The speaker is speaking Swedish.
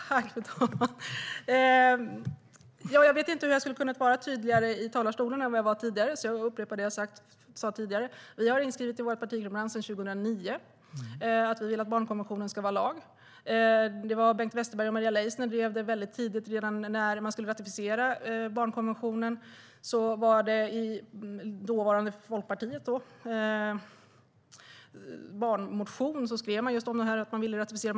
Fru ålderspresident! Jag vet inte hur jag skulle ha kunnat vara tydligare i talarstolen än jag var, så jag upprepar det jag sa tidigare. Vi har inskrivet i vårt partiprogram sedan 2009 att vi vill att barnkonventionen ska vara lag. Bengt Westerberg och Maria Leissner drev det tidigt. Redan när man skulle ratificera barnkonventionen skrev dåvarande Folkpartiet i sin barnmotion att man ville ratificera den.